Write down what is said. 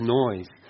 noise